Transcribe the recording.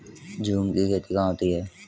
झूम की खेती कहाँ होती है?